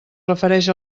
refereix